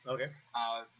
Okay